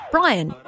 Brian